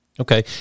Okay